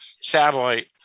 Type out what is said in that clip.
satellite